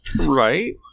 Right